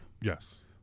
Yes